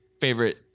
favorite